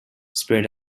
spread